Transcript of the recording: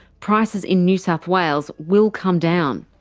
prices in new south wales will come down.